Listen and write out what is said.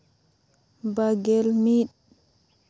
ᱵᱟᱨᱜᱮᱞ ᱢᱤᱫ